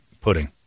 pudding